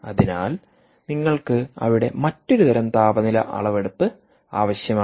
അതിനാൽ നിങ്ങൾക്ക് അവിടെ മറ്റൊരു തരം താപനില അളവെടുപ്പ് ആവശ്യമാണ്